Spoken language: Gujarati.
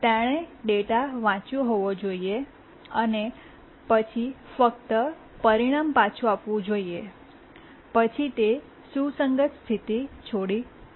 તેણે ડેટા વાંચ્યો હોવો જોઈએ અને પછી ફક્ત પરિણામ પાછું આપવું જોઈએ પછી તે સુસંગત સ્થિતિ છોડી શકતે